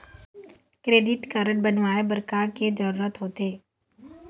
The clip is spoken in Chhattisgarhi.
क्रेडिट कारड बनवाए बर का के जरूरत होते?